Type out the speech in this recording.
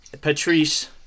patrice